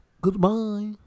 Goodbye